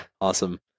Awesome